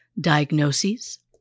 diagnoses